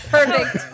Perfect